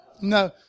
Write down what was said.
no